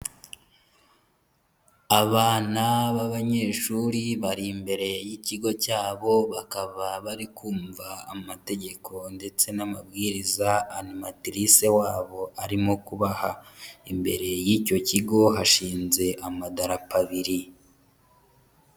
Abana b'abanyeshuri bari imbere y'ikigo cyabo, bakaba bari kumva amategeko ndetse n'amabwiriza animatrice wabo arimo kubaha, imbere y'icyo kigo hashinze amadarapo abiri.